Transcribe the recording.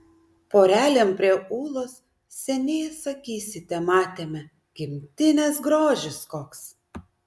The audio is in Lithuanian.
porelėm prie ūlos seniai sakysite matėme gimtinės grožis koks